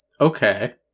Okay